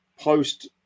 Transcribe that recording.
post